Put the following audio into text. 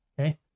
okay